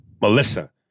Melissa